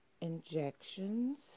injections